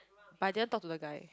but I didn't talk to the guy